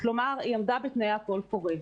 כלומר, היא עמדה בתנאי הקול קורא.